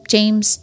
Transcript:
James